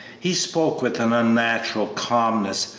he spoke with an unnatural calmness,